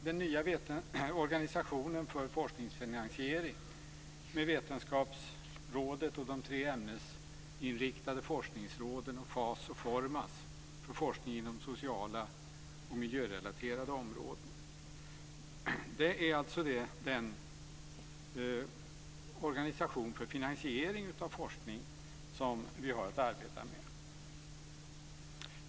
Den nya organisationen för forskningsfinansiering består av Vetenskapsrådet med tre ämnesinriktade forskningsråd samt forskningsråden FAS och Detta är alltså den organisation för finansiering av forskning som vi har att arbeta med.